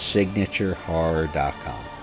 SignatureHorror.com